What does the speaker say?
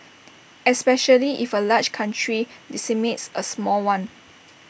especially if A large country decimates A small one